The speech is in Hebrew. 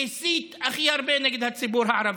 שהסית הכי הרבה נגד הציבור הערבי.